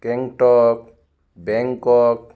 Gangtok Bangkok